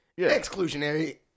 exclusionary